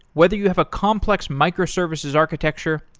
whether you have a complex microservices architecture,